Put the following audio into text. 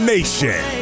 Nation